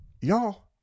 y'all